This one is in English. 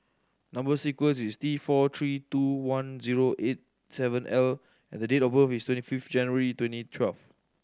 number sequence is T four three two one zero eight seven L and the date of birth is twenty fifth January twenty twelve